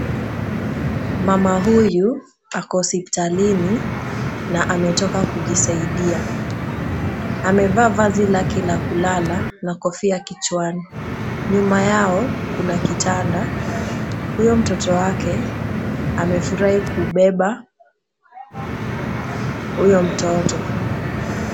Mama huyu ako hospitalini na ametoka kujisaidia. Amevaa vazi lake ya kulala na kofia kichwani. Nyuma yao kuna kitanda, huyo mtoto wake amefurahi kubeba huyo mtoto.